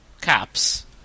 caps